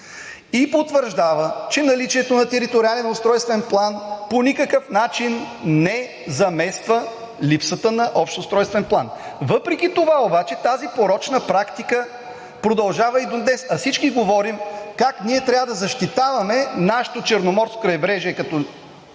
и потвърждава, че наличието на териториален устройствен план по никакъв начин не замества липсата на общ устройствен план. Въпреки това обаче тази порочна практика продължава и до днес, а всички говорим как ние трябва да защитаваме нашето Черноморско крайбрежие като